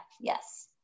yes